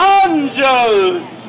angels